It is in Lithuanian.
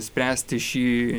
spręsti šį